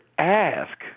Ask